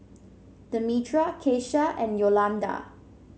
Demetra Kesha and Yolanda